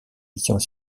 missions